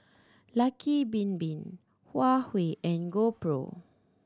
Lucky Bin Bin Huawei and GoPro